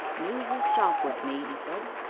news is shop with me he said,